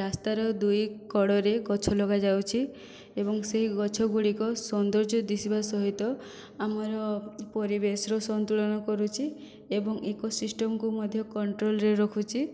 ରାସ୍ତାରେ ଦୁଇ କଡ଼ରେ ଗଛ ଲଗାଯାଉଛି ଏବଂ ସେଇ ଗଛଗୁଡ଼ିକ ସୌନ୍ଦର୍ଯ୍ୟ ଦିଶିବା ସହିତ ଆମର ପରିବେଶର ସନ୍ତୁଳନ କରୁଛି ଏବଂ ଇକୋସିଷ୍ଟମକୁ ମଧ୍ୟ କଣ୍ଟ୍ରୋଲରେ ରଖୁଛି